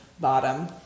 bottom